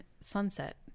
sunset